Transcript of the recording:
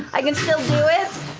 i can still do it?